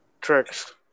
Tricks